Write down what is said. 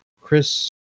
Chris